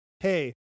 Hey